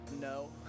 No